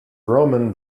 roman